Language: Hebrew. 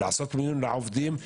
לעשות מיון לעובדים,